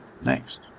Next